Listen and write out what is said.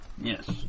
Yes